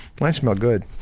mine smell good.